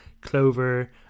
Clover